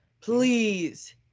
please